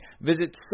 Visit